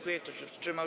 Kto się wstrzymał?